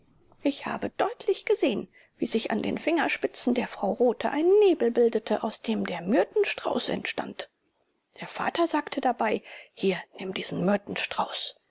ich habe deutlich gesehen wie sich an den fingerspitzen der frau rothe ein nebel bildete aus dem der myrtenstrauß entstand der vater sagte dabei hier nimm diesen